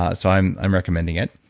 ah so i'm i'm recommending it.